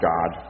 God